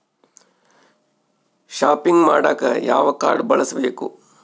Shopping ಮಾಡಾಕ ಯಾವ card ಬಳಸಬೇಕು?